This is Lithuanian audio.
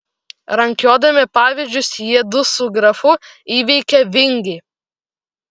rankiodami pavyzdžius jiedu su grafu įveikė vingį